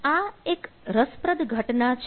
આ એક રસપ્રદ ઘટના છે